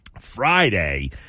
Friday